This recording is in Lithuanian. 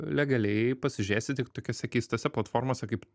legaliai pasižiūrėsi tik tokiose keistose platformose kaip